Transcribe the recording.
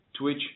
Twitch